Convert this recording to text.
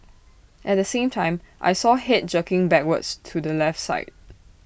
at the same time I saw Head jerking backwards to the left side